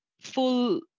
full